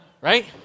Right